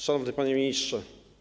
Szanowny Panie Ministrze!